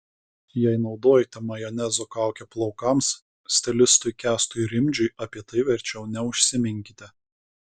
jei naudojate majonezo kaukę plaukams stilistui kęstui rimdžiui apie tai verčiau neužsiminkite